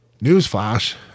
Newsflash